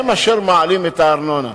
הם אשר מעלים את הארנונה.